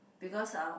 because uh